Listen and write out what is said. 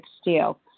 steel